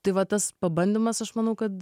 tai va tas pabandymas aš manau kad